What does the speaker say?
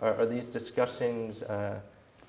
are these discussions